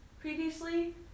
previously